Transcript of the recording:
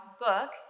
book